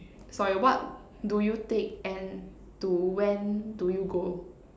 sorry what do you take and to when do you go